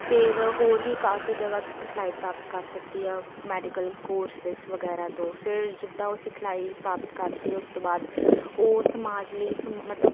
ਫਿਰ ਹੋਰ ਵੀ ਕਾਫ਼ੀ ਜਗ੍ਹਾ ਤੋਂ ਸਿਖਲਾਈ ਪ੍ਰਾਪਤ ਕਰ ਸਕਦੇ ਹਾਂ ਮੈਡੀਕਲ ਕੋਰਸਿਸ ਵਗੈਰਾ ਤੋਂ ਫਿਰ ਜਿੱਦਾਂ ਉਹ ਸਿਖਲਾਈ ਪ੍ਰਾਪਤ ਕਰਦੇ ਆ ਉਸ ਤੋਂ ਬਾਅਦ ਉਹ ਸਮਾਜ ਲਈ ਸ ਮਤਲਬ